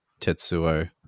Tetsuo